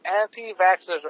anti-vaxxers